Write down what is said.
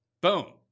Boom